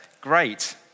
great